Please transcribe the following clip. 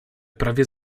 prawie